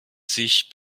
sich